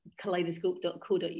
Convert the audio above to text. kaleidoscope.co.uk